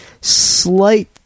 slight